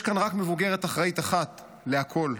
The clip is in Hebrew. יש כאן רק מבוגרת אחראית אחת לכול.